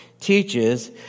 teaches